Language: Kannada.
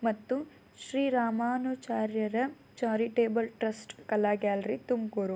ಮತ್ತು ಶ್ರೀರಾಮಾನುಚಾರ್ಯರ ಚಾರಿಟೇಬಲ್ ಟ್ರಸ್ಟ್ ಕಲಾ ಗ್ಯಾಲ್ರಿ ತುಮಕೂರು